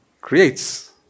creates